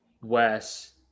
Wes